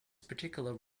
particular